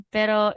Pero